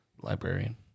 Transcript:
librarian